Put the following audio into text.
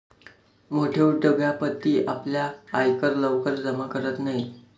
मोठे उद्योगपती आपला आयकर लवकर जमा करत नाहीत